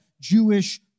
Jewish